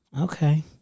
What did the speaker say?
Okay